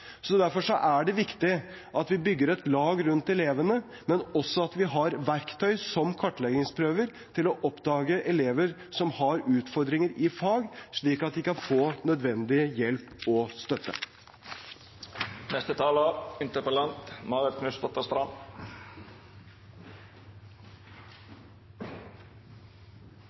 Derfor er det viktig at vi bygger et lag rundt elevene, men også at vi har verktøy, som kartleggingsprøver, til å oppdage elever som har utfordringer i fag, slik at de kan få nødvendig hjelp og støtte.